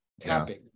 tapping